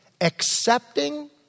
Accepting